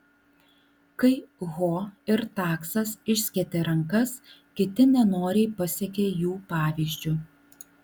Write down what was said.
kai ho ir taksas išskėtė rankas kiti nenoriai pasekė jų pavyzdžiu